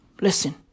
Listen